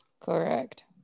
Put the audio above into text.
Correct